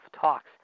talks